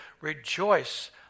Rejoice